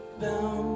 Bound